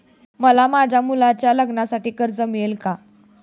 मला माझ्या मुलाच्या लग्नासाठी कर्ज मिळेल का?